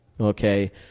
okay